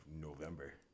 November